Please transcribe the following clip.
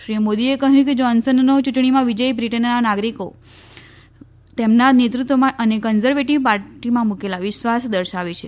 શ્રી મોદીએ કહ્યું કે જોન્સનનો ચૂંટણીમાં વિજય બ્રિટનના નાગરિકોએ તેમના નેતૃત્વમાં અને કન્ઝર્વેટીવ પાર્ટીમાં મુકેલો વિશ્વાસ દર્શાવે છે